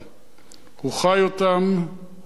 הוא חי אותם, הוא הרגיש אותם.